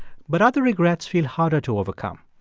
but other regrets feel harder to overcome.